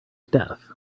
death